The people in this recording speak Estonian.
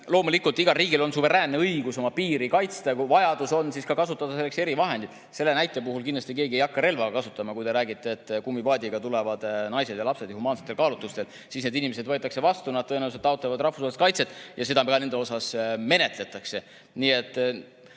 veel kord, igal riigil on suveräänne õigus oma piiri kaitsta ja kui vajadus on, siis ka kasutada selleks erivahendit. Teie näite puhul kindlasti keegi ei hakka relva kasutama. Kui te räägite, et kummipaadiga tulevad naised ja lapsed, siis humaansetel kaalutluste need inimesed võetakse vastu, nad tõenäoliselt taotlevad rahvusvahelist kaitset ja seda nende puhul ka menetletakse.